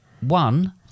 One